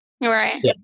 Right